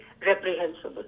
reprehensible